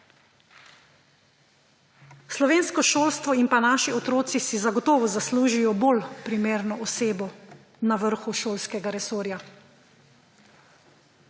Slovensko šolstvo in naši otroci si zagotovo zaslužijo bolj primerno osebo na vrhu šolskega resorja,